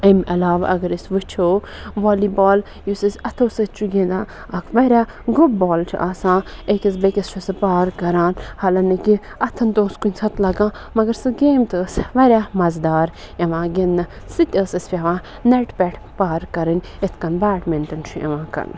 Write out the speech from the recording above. أمۍ علاوٕ اگر أسۍ وٕچھو والی بال یُس أسۍ اَتھو سۭتۍ چھُ گِنٛدان اَکھ واریاہ گٕب بال چھِ آسان أکِس بیٚکِس چھُ سُہ پار کَران حالانٛکہِ اَتھَن تہِ اوس کُنہِ ساتہٕ لَگان مگر سُہ گیم تہِ ٲس واریاہ مَزٕدار یِوان گِنٛدنہٕ سُہ تہِ ٲس اَسہِ پیٚوان نَٹہِ پٮ۪ٹھ پار کَرٕنۍ اِتھ کنۍ بیڈمِنٹَن چھُ یِوان کَرنہٕ